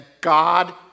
God